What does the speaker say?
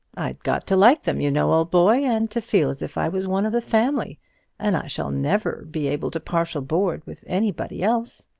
i'd got to like them, you know, old boy, and to feel as if i was one of the family and i shall never be able to partial-board with any body else.